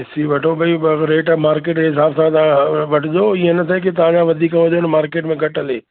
ॾिसी वठो भई ॿ रेट मार्केट जे हिसाब सां तव्हां वठिजो ईअं न थिए के तव्हांजा वधीक हुजनि मार्केट में घटि हले